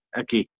aqui